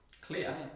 Clear